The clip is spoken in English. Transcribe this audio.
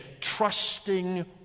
trusting